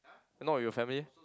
not with your family